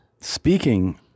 speaking